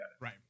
Right